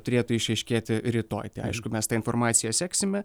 turėtų išryškėti rytoj tai aišku mes tą informaciją seksime